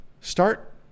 Start